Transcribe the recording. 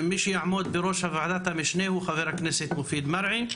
מי שיעמוד בראש וועדת המשנה הוא חבר הכנסת מופיד מרעי.